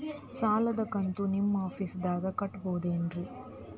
ಸಾಲದ ಕಂತು ನಿಮ್ಮ ಆಫೇಸ್ದಾಗ ಕಟ್ಟಬಹುದೇನ್ರಿ?